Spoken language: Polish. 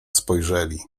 spojrzeli